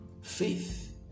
faith